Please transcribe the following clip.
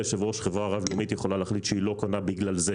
חברה רב לאומית יכולה להחליט שהיא לא קונה בגלל זה